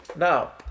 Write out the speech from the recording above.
Now